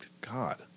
God